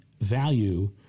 value